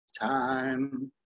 time